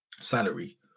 salary